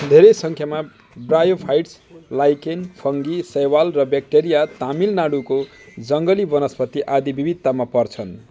धेरै सङ्ख्यामा bryophytes lichen fungi शैवाल र ब्याक्टेरिया तमिलनाडूको जङ्गली वनस्पति आदि विविधतामा पर्छन्